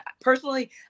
personally